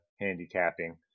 handicapping